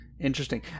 Interesting